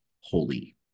holy